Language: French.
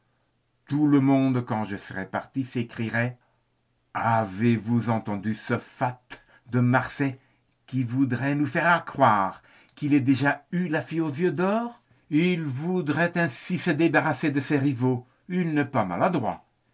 tout le monde quand je serais parti s'écrierait avez-vous entendu ce fat de de marsay qui voudrait nous faire croire qu'il a déjà eu la fille aux yeux d'or il voudrait ainsi se débarrasser de ses rivaux il n'est pas maladroit